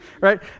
Right